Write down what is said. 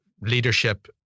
leadership